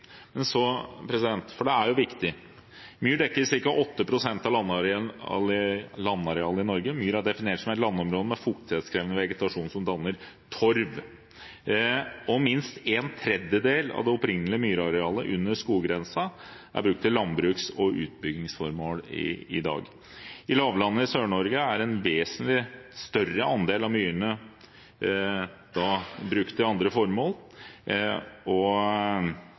Men så, for dette er viktig: Myr dekker ca. 8 pst. av landarealet i Norge. Myr er definert som et landområde med fuktighetskrevende vegetasjon som danner torv, og minst en tredjedel av det opprinnelige myrarealet under skoggrensen er brukt til landbruks- og utbyggingsformål i dag. I lavlandet i Sør-Norge er en vesentlig større andel av myrene brukt til andre formål, og